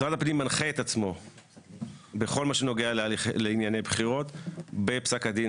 משרד הפנים מנחה את עצמו בכל מה שנוגע לענייני בחירות בפסק הדין